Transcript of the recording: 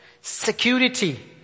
security